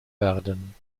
werden